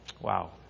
Wow